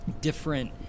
different